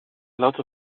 lot